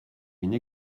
une